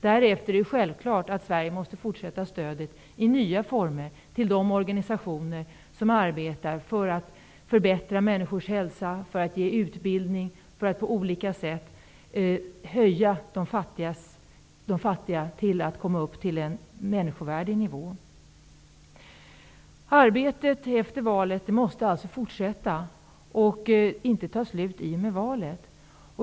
Därefter är det självklart att Sverige måste fortsätta stödet i nya former till de organisationer som arbetar för att förbättra människors hälsa, för att ge utbildning och för att på olika sätt hjälpa de fattiga att komma upp till en människovärdig nivå. Arbetet måste alltså fortsätta efter valet och inte ta slut i och med det.